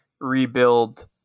rebuild